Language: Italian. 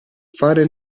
fare